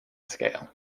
scale